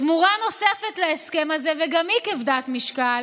תמורה נוספת להסכם הזה, וגם היא כבדת משקל,